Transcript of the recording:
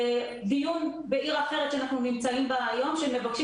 בעיר שאנחנו נמצאים בה היום שמבקשים